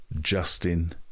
Justin